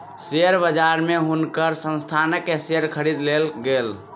share बजार में हुनकर संस्थान के शेयर खरीद लेल गेल